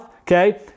Okay